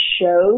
shows